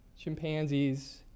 chimpanzees